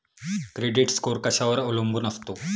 Credit score कशावर अवलंबून असतो?